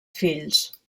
fills